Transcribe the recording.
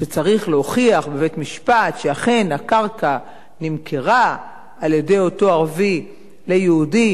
שצריך להוכיח בבית-משפט שאכן הקרקע נמכרה על-ידי אותו ערבי ליהודי